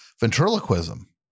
Ventriloquism